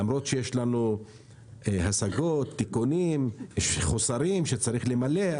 למרות שיש לנו השגות, תיקונים, חוסרים שצריך למלא.